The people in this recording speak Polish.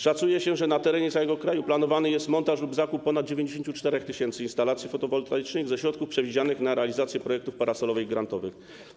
Szacuje się, że na terenie całego kraju planowany jest montaż lub zakup ponad 94 tys. instalacji fotowoltaicznych ze środków przewidzianych na realizację projektów parasolowych i grantowych.